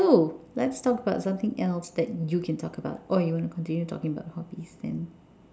so let's talk about something else that you can talk about or you want to continue talking about hobbies then